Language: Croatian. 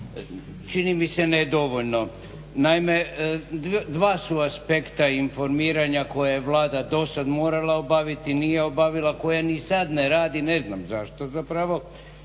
čini mi se ne dovoljno. Naime dva su aspekta informiranja koje je dosad Vlada morala obaviti, nije obavila, koje ni sad ne radi, ne znam zašto zapravo,